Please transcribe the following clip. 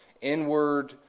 inward